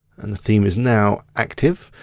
and the theme is now active.